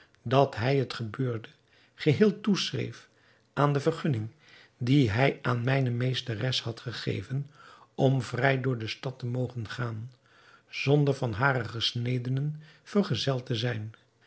dat hij het gebeurde geheel toeschreef aan de vergunning die hij aan mijne meesteres had gegeven om vrij door de stad te mogen gaan zonder van hare gesnedenen vergezeld te zijn